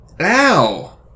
ow